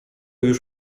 już